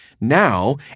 now